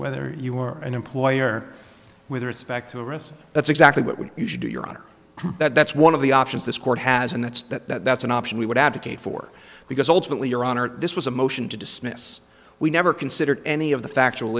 whether you are an employer with respect to address that's exactly what we should do your honor that's one of the options this court has and that's that's an option we would advocate for because ultimately your honor this was a motion to dismiss we never considered any of the factual